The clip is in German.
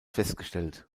festgestellt